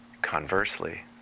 conversely